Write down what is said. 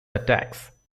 attacks